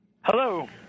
Hello